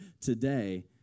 today